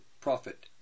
profit